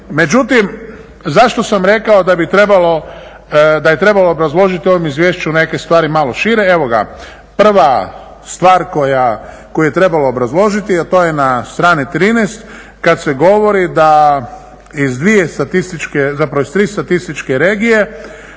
Međutim, zašto sam rekao da je trebalo obrazložiti u ovom izvješću neke stvari malo šire. Evo ga, prva stvar koju je trebalo obrazložiti, a to je na strani 13. kad se govori da iz dvije statističke,